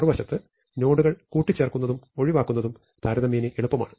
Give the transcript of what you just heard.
മറുവശത്ത് നോഡുകൾ കൂട്ടിചേർക്കുന്നതും ഒഴിവാക്കുന്നതും താരതമ്യേന എളുപ്പമാണ്